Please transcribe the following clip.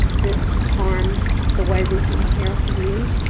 this harms the way we can care for you.